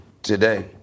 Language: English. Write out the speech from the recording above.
Today